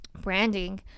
branding